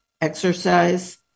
exercise